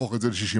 אם זאת